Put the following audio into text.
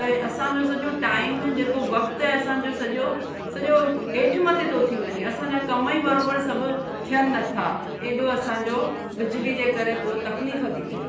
त हे असांजो सॼो टाइम जेको वक्तु आहे असांजो सॼो सॼो हेठि मथे थो थी वञे असांजा कमु ई बराबरि सभु थिअनि न थिया एॾो असांजो बिजली जे करे पोइ तकलीफ़ थी थिए